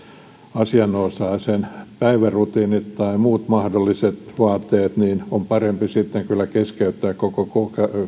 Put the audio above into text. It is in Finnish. asianosaisen päivärutiinit tai muut mahdolliset vaateet silloin on parempi kyllä keskeyttää koko koko